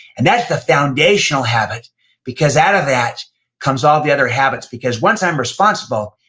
and that's the foundational habit because out of that comes all the other habits. because once i'm responsible,